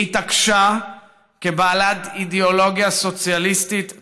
היא התעקשה, כבעלת אידיאולוגיה סוציאליסטית צרופה,